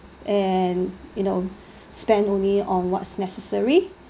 and you know spend only on what's necessary